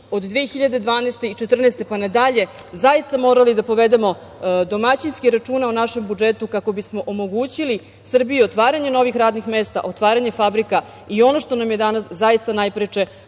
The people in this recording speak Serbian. od 2012. i 2014. godine, pa na dalje, zaista morali da povedemo domaćinski računa o našem budžetu kako bismo omogućili Srbiji otvaranja novih radnih mesta, otvaranje fabrika i ono što nam je danas zaista najpreče,